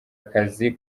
akazi